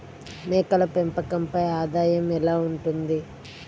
మేకల పెంపకంపై ఆదాయం ఎలా ఉంటుంది?